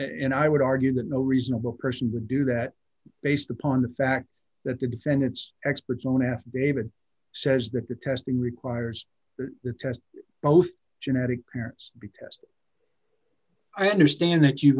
and i would argue that no reasonable person would do that based upon the fact that the defendant's experts on affidavit says that the testing requires the test both genetic parents be tested i understand that you